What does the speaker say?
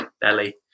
belly